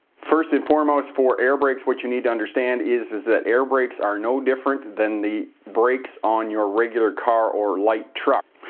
first and foremost, for air brakes what you need to understand is is that air brakes are no different than the brakes on your regular car or light truck.